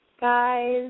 guys